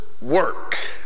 work